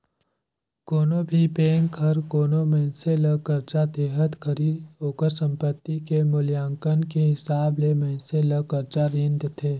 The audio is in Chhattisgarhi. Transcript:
कोनो भी बेंक हर कोनो मइनसे ल करजा देहत घरी ओकर संपति के मूल्यांकन के हिसाब ले मइनसे ल करजा रीन देथे